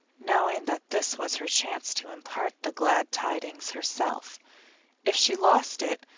knowing that this was her chance to impart the glad tidings herself if she lost it,